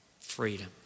freedom